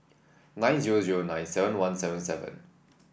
nine zero zero nine seven one seven seven